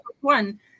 one